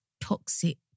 toxic